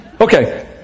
Okay